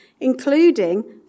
including